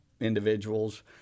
individuals